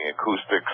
acoustics